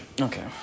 Okay